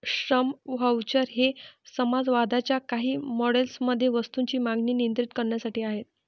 श्रम व्हाउचर हे समाजवादाच्या काही मॉडेल्स मध्ये वस्तूंची मागणी नियंत्रित करण्यासाठी आहेत